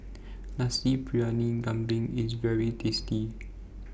Nasi Briyani Kambing IS very tasty